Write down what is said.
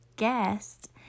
guest